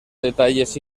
detalles